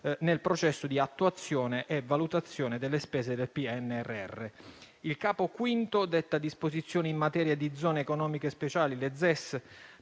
nel processo di attuazione e valutazione delle spese del PNRR. Il Capo V detta disposizioni in materia di zone economiche speciali (ZES),